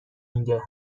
میده